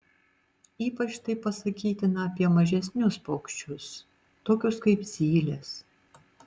ypač tai pasakytina apie mažesnius paukščius tokius kaip zylės